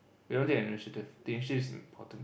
they don't take the initiative they she's important